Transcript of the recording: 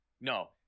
no